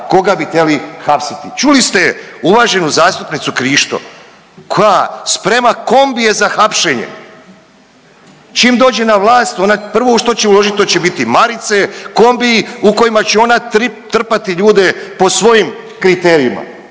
koga bi trebali hapsiti. Čuli ste uvaženu zastupnicu Krišto koja sprema kombije za hapšenje, čim dođe na vlast ona prvo u što će uložit to će biti marice, kombiji u kojima će ona trpati ljude po svojim kriterijima,